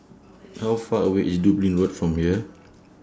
How Far away IS Dublin Road from here